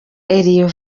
elion